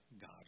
God